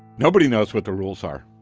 nobody knows what the rules are.